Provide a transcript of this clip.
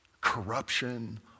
corruption